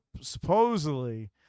supposedly